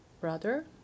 brother